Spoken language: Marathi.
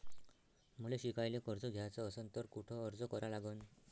मले शिकायले कर्ज घ्याच असन तर कुठ अर्ज करा लागन?